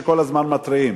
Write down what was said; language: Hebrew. שכל הזמן מתריעים,